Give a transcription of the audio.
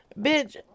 Bitch